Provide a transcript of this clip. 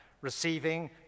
receiving